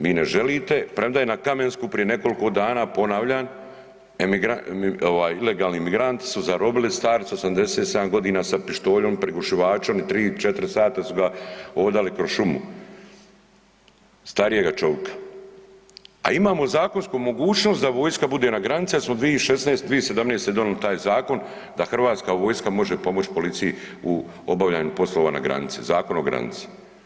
Vi ne želite, premda je na Kamensku prije nekoliko dana ponavljam ilegalni migranti su zarobili starca 87 godina sa pištoljem, prigušivačem i 3, 4 sata su ga odali kroz šumu, starijega čovika, a imamo zakonsku mogućnost da vojska bude na granici jel smo 2017. donijeli taj zakon da hrvatska vojska može pomoć policiji u obavljanju poslova na granici, Zakon o granici.